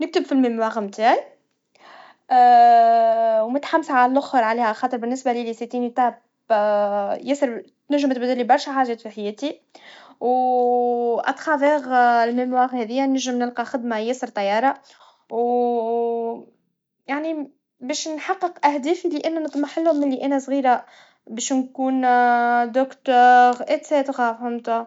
نكتب في الرسلة الأكاديميا متاعي, ومتحمسا عاللآخر عليها, عخاطر بالنسبا ليلي هذه خطوة ياسر تنجم تبدلي حاجات في حياتي, و ومن خلال الذكرى هذه نلقى خدما ياسر طيارا, و يعني باش نحقق أهدافي اللي أنا نطمحلهم من اللي أنا صغيرا, باش نكون دكتور إتس تراهمتر.